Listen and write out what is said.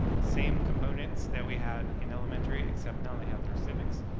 same components that we had in elementary, except now they have their civics,